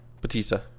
Batista